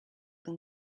than